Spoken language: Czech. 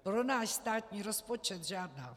Pro náš státní rozpočet žádná.